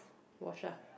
wash ah